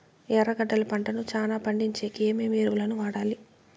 ఎర్రగడ్డలు పంటను చానా పండించేకి ఏమేమి ఎరువులని వాడాలి?